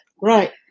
right